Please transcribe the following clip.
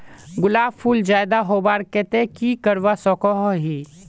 गुलाब फूल ज्यादा होबार केते की करवा सकोहो ही?